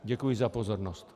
Děkuji za pozornost.